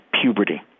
puberty